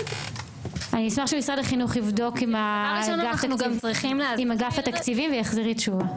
אני אשמח שמשרד החינוך יבדוק עם אגף תקציבים ויחזיר לי תשובה.